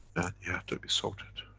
you have to be sorted,